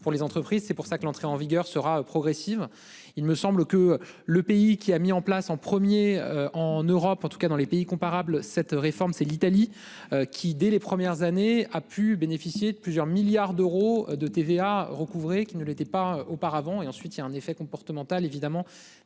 pour les entreprises. C'est pour ça que l'entrée en vigueur sera progressive. Il me semble que le pays qui a mis en place en premier en Europe en tout cas dans les pays comparables. Cette réforme, c'est l'Italie. Qui dès les premières années a pu bénéficier de plusieurs milliards d'euros de TVA recouvrer qui ne l'était pas auparavant, et ensuite il y a un effet comportementale évidemment